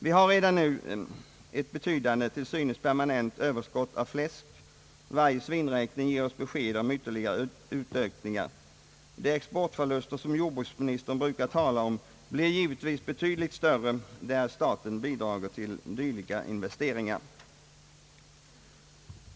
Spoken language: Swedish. Vi har redan nu ett betydande till synes permanent överskott av fläsk; varje svinräkning ger oss besked om ytterligare utökningar. De exportförluster som jordbruksministern brukar tala om blir givetvis betydligt större därest staten bidrager till dylika investeringar.